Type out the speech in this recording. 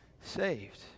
Saved